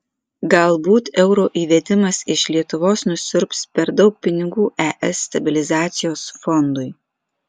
galbūt euro įvedimas iš lietuvos nusiurbs per daug pinigų es stabilizacijos fondui